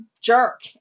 jerk